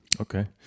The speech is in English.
okay